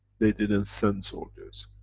they didn't sent soldiers.